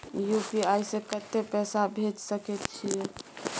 UPI से कत्ते पैसा भेज सके छियै?